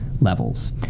levels